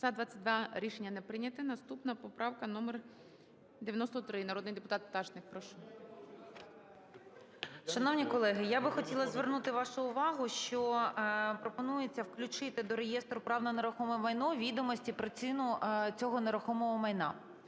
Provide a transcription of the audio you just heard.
За-22 Рішення не прийнято. Наступна поправка - номер 93. Народний депутат Пташник, прошу. 13:31:25 ПТАШНИК В.Ю. Шановні колеги, я би хотіла звернути вашу увагу, що пропонується включити до реєстру прав на нерухоме майно відомості про ціну цього нерухомого майна.